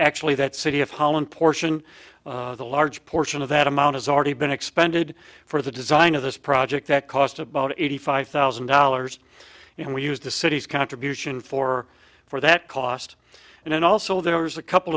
actually that city of holland portion a large portion of that amount has already been expended for the design of this project that cost about eighty five thousand dollars and we used the city's contribution for for that cost and then also there was a couple